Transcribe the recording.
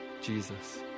Jesus